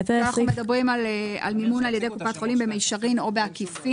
אנחנו מדברים על מימון על ידי קופת החולים במישרין או בעקיפין.